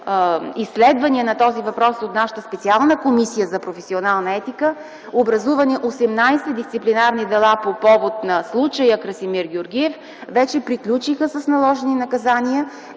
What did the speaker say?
изследвания на този въпрос от нашата специална Комисия за професионална етика) 18 дисциплинарни дела по повод случая Красимир Георгиев, вече приключиха с наложени наказания.